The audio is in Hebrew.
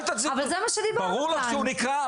ברור לך שהוא נקלע?